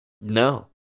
No